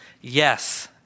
Yes